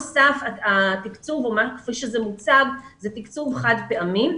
התקצוב כפי שהוא מוצג, הוא תקצוב חד פעמי.